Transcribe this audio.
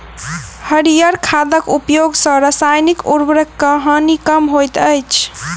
हरीयर खादक उपयोग सॅ रासायनिक उर्वरकक हानि कम होइत अछि